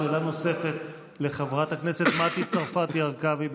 שאלה נוספת לחברת הכנסת מטי צרפתי הרכבי.